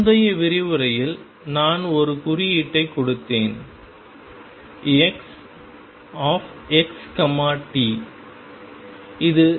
முந்தைய விரிவுரையில் நான் ஒரு குறியீட்டைக் கொடுத்தேன் x x t